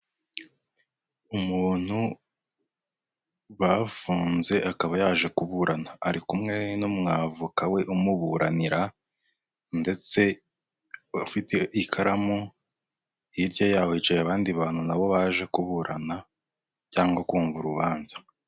Umuntu bafunze akaba yaje kuburana, ari kumwe n'umu avoka we umuburanira ndetse bafite ikaramu, hirya yaho hicaye abandi bantu na bo baje kuburana cyangwa kumva urubanza.